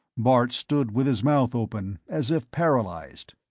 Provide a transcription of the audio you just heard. bart stood with his mouth open, as if paralyzed.